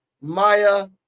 Maya